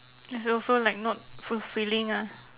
it's also like not fulfilling ah